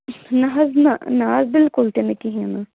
نہَ حظ نہَ نہَ حظ بِلکُل تہِ نہٕ کِہیٖنٛۍ نہٕ